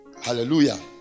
Hallelujah